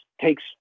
takes